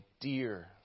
dear